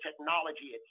technology